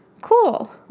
Cool